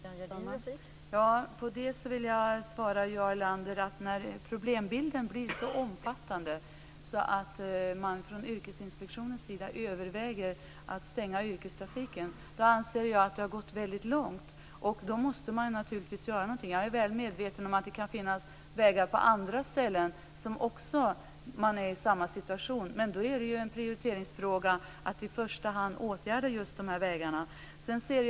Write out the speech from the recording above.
Fru talman! På det vill jag svara Jarl Lander att när problembilden blir så omfattande att man från Yrkesinspektionens sida överväger att stänga yrkestrafiken, anser jag att det har gått väldigt långt och att man måste göra någonting. Jag är väl medveten om att det kan finnas vägar på andra ställen som också har samma situation, men då är det en fråga om prioritering att åtgärda just de här vägarna i första hand.